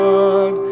God